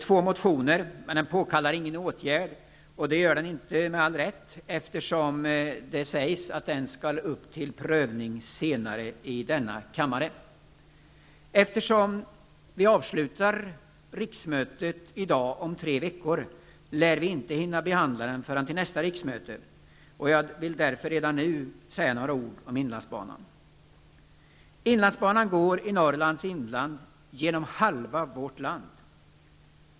Två motioner har väckts. Men frågan påkallar ingen åtgärd, med all rätt, eftersom det sägs att frågan skall bli föremål för prövning senare i denna kammare. Eftersom det i dag är tre veckor tills detta riksmöte avslutas lär vi inte hinna behandla frågan förrän under nästa riksmöte. Jag vill därför redan nu säga några ord om inlandsbanan. Inlandsbanan går i Norrlands inland, genom halva vårt land.